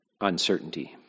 uncertainty